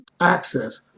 access